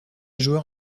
joueur